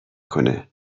کنه